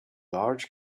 large